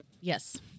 Yes